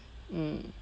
mm